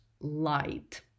light